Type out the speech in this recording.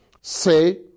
Say